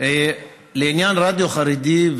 לעניין רדיו חרדי,